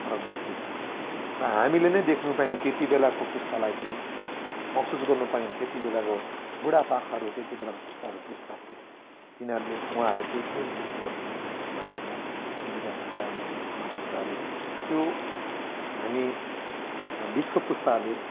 फरक देखिएको छ र हामीले नै देख्न पायौँ त्यति बेलाको पुस्तालाई पनि महसुस गर्न पायौँ त्यति बेलाको बुढापाकाहरू त्यति बेलाको पुस्ताहरू त्यस्ता थिए तिनीहरूले उहाँहरूले केही पनि उपलब्धि भन्ने कुराहरू सुख सुविधाहरू पाएनन् भन्ने कुराहरू त्यो हामी बिचको पुस्ताहरूले